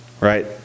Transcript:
right